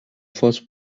force